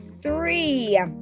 three